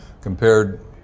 compared